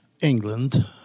England